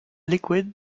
liquid